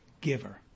giver